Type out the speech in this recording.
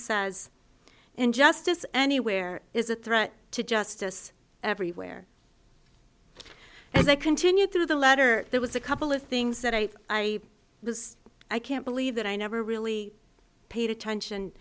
says injustice anywhere is a threat to justice everywhere as i continued through the letter there was a couple of things that i was i can't believe that i never really paid